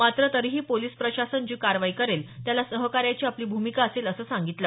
मात्र तरीही पोलिस प्रशासन जी कारवाई करेल त्याला सहकार्याची आपली भूमिका असेल असं सांगितलं